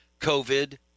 COVID